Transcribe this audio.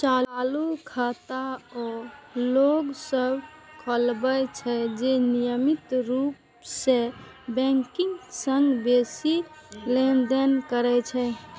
चालू खाता ओ लोक सभ खोलबै छै, जे नियमित रूप सं बैंकक संग बेसी लेनदेन करै छै